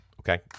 okay